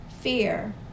fear